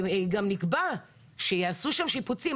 גם נקבע שיעשו שם שיפוצים,